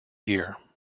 year